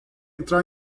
entrar